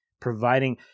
providing